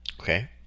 Okay